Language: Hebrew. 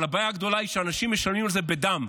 אבל הבעיה הגדולה היא שאנשים משלמים על זה בדם,